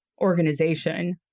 organization